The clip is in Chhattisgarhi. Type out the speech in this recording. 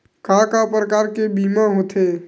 का का प्रकार के बीमा होथे?